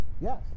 Yes